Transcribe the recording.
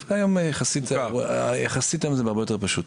יחסית היום זה הרבה יותר פשוט.